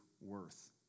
worth